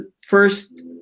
first